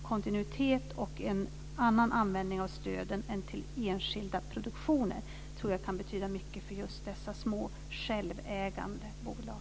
Kontinuitet och en annan användning av stöden än till enskilda produktioner tror jag kan betyda mycket just för dessa små självägande bolag.